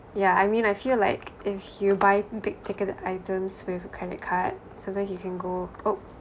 yeah I mean I feel like if you buy big ticket items with credit card sometimes you can go o~